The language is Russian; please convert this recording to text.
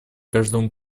каждому